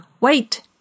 wait